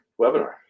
webinar